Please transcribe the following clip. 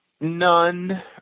None